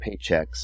paychecks